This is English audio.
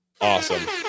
awesome